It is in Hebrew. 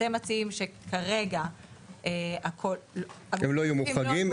אתם מציעים שכרגע -- הם לא יהיו מוחרגים,